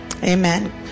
Amen